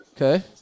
Okay